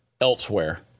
elsewhere